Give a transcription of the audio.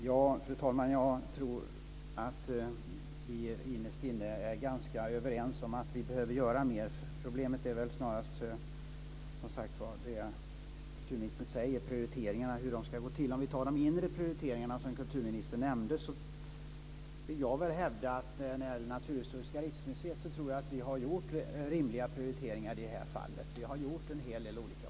Fru talman! Jag tror att vi innerst inne är ganska överens om att vi behöver göra mer. Problemet är väl snarast prioriteringarna, precis som kulturministern säger. I fråga om de inre prioriteringarna, som kulturministern nämnde, vill jag hävda att Naturhistoriska riksmuseet nog har gjort rimliga prioriteringar i det här fallet. Vi har vidtagit en hel del olika åtgärder.